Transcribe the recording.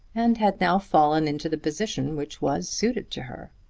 and had now fallen into the position which was suited to her.